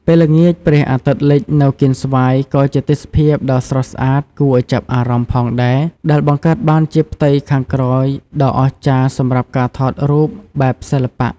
ពេលល្ងាចព្រះអាទិត្យលិចនៅកៀនស្វាយក៏ជាទេសភាពដ៏ស្រស់ស្អាតគួរឲ្យចាប់អារម្មណ៍ផងដែរ ដែលបង្កើតបានជាផ្ទៃខាងក្រោយដ៏អស្ចារ្យសម្រាប់ការថតរូបបែបសិល្បៈ។